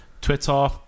twitter